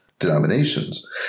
Denominations